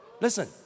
Listen